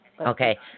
Okay